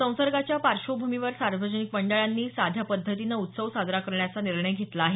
संसर्गाच्या पार्श्वभूमीवर सार्वजनिक मंडळांनी साध्या पद्धतीनं उत्सव साजरा करण्याचा निर्णय घेतला आहे